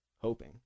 Hoping